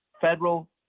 federal